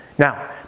Now